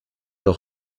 doch